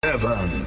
Seven